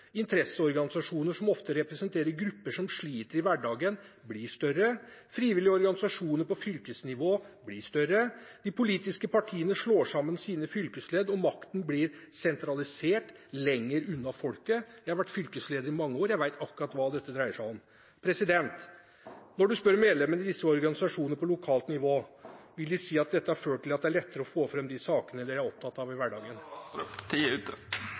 Interesseorganisasjoner som ofte representerer grupper som sliter i hverdagen, blir større. Frivillige organisasjoner på fylkesnivå blir større. De politiske partiene slår sammen sine fylkesledd, og makten blir sentralisert lenger unna folket. Jeg har vært fylkesleder i mange år, jeg vet akkurat hva dette dreier seg om. Når en spør medlemmene i disse organisasjonene på lokalt nivå, vil de si at dette har ført til at det er lettere å få fram de sakene de er opptatt av i hverdagen? Tida er ute.